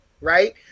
Right